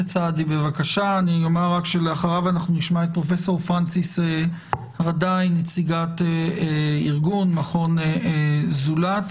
נשמע את פרופסור פרנסיס רדאי, נציגת ארגון זולת,